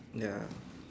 ya